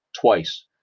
twice